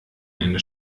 eine